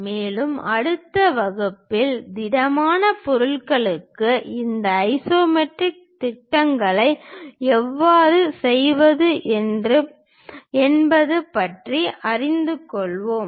மேலும் அடுத்த வகுப்பில் திடமான பொருள்களுக்கு இந்த ஐசோமெட்ரிக் திட்டங்களை எவ்வாறு செய்வது என்பது பற்றி அறிந்து கொள்வோம்